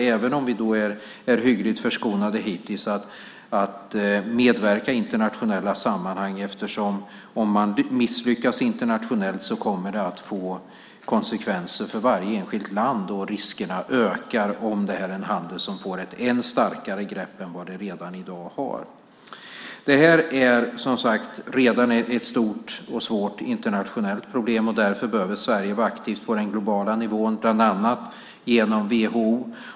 Även om vi är hyggligt förskonade hittills bör vi medverka i internationella sammanhang. Om man misslyckas internationellt kommer det ju att få konsekvenser för varje enskilt land. Riskerna ökar om detta är en handel som får ett ännu starkare grepp än vad den redan i dag har. Det här är som sagt redan ett stort och svårt internationellt problem. Därför behöver Sverige vara aktivt på den globala nivån, bland annat genom WHO.